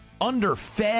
underfed